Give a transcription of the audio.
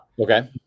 Okay